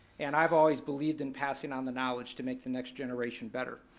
and i've always believed in passing on the knowledge to make the next generation better.